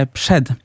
przed